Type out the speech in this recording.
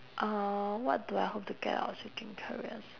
uh what do I hope to get out of switching careers